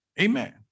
Amen